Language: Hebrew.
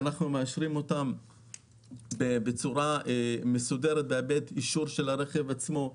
אנחנו מאשרים אותם בצורה מסודרת באמצעות אישור של הרכב עצמו,